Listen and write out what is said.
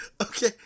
Okay